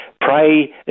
Pray